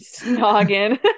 Snogging